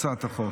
הצעת החוק,